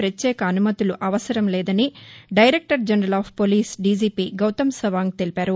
ప్రత్యేక అనుమతులు అవసరం లేదని director general of police DGP Gautam Sawang తెలిపారు